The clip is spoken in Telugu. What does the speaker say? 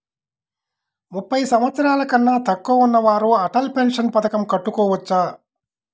ముప్పై సంవత్సరాలకన్నా తక్కువ ఉన్నవారు అటల్ పెన్షన్ పథకం కట్టుకోవచ్చా?